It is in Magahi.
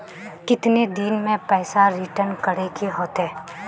कितने दिन में पैसा रिटर्न करे के होते?